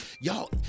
Y'all